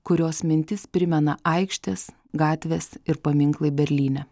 kurios mintis primena aikštės gatvės ir paminklai berlyne